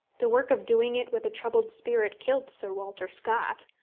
the work of doing it with a troubled spirit killed sir walter scott.